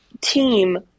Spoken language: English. team